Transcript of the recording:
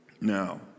now